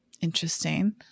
Interesting